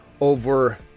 over